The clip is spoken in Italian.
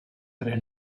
tre